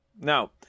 Now